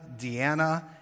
Deanna